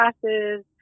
classes